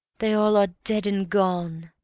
they all are dead and gone,